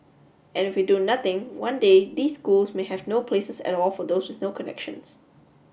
and if we do nothing one day these schools may have no places at all for those with no connections